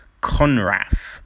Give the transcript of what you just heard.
Conrath